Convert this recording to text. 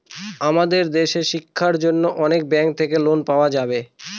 আমাদের দেশের শিক্ষার জন্য অনেক ব্যাঙ্ক থাকে লোন পাওয়া যাবে